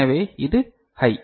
எனவே இது ஹை